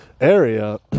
area